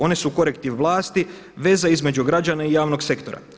One su korektiv vlasti, veza između građana i javnog sektora.